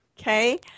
okay